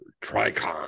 Tricon